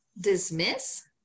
dismiss